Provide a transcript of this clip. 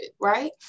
right